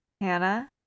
Hannah